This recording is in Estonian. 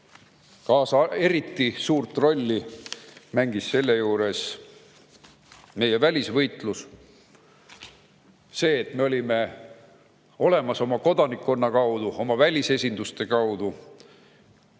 Eriti suurt rolli mängis selle juures meie välisvõitlus. Seda, et me olime olemas oma kodanikkonna kaudu, oma välisesinduste kaudu,